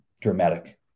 dramatic